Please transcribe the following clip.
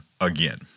again